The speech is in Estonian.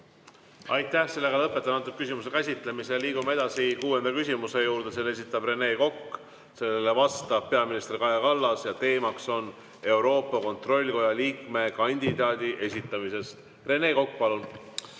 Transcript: Aitäh! Lõpetan selle küsimuse käsitlemise. Liigume kuuenda küsimuse juurde. Selle esitab Rene Kokk, vastab peaminister Kaja Kallas ja teema on Euroopa Kontrollikoja liikmekandidaadi esitamine. Rene Kokk, palun!